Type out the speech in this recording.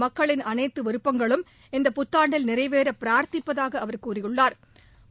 மக்களின் அனைத்து விருப்பங்களும் இந்த புத்தாண்டில் நிறைவேற பிரார்த்திப்பதாக அவர் கூறியுள்ளா்